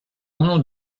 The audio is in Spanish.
uno